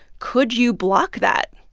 could you block that?